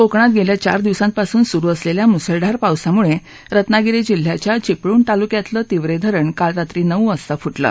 कोकणात गेल्या चार दिवसांपासून सुरू असलेल्या मुसळधार पावसामुळे रत्नागिरी जिल्ह्याच्या विपळूण तालुक्यातलं तिवरे धरण काल रात्री नऊ वाजता फु किं